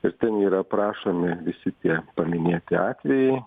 ir ten yra aprašomi visi tie paminėti atvejai